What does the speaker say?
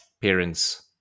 parents